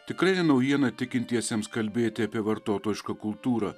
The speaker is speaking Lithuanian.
tikrai ne naujiena tikintiesiems kalbėti apie vartotojišką kultūrą